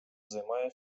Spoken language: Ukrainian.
займає